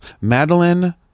Madeline